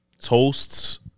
toasts